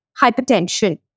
hypertension